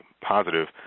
positive